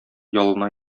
ялына